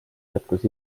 jätkus